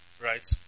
right